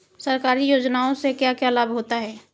सरकारी योजनाओं से क्या क्या लाभ होता है?